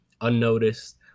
unnoticed